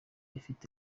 ifite